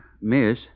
miss